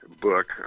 book